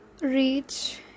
reach